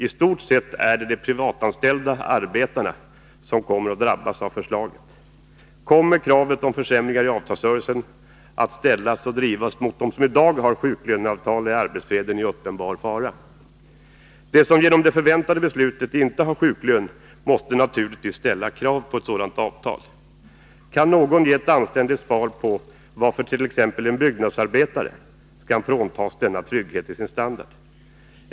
I stort sett är det de privatanställda arbetarna som kommer att drabbas av förslaget. Kommer kravet på försämringar i avtalsrörelsen att ställas och drivas mot dem som i dag har sjuklöneavtal, är arbetsfreden i uppenbar fara. De som inte har sjuklön i avtalet måste naturligtvis ställa krav på att få ett sådant avtal inför det förväntade beslutet. Kan någon ge ett anständigt svar på varför t.ex. en byggnadsarbetare skall fråntas denna trygghet i sin standard?